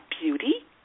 beauty